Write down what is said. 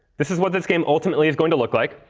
this is what this game ultimately is going to look like.